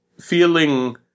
feeling